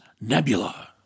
Nebula